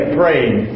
praying